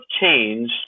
change